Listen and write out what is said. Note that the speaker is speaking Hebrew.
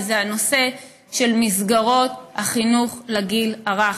וזה הנושא של מסגרות חינוך לגיל הרך.